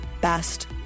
best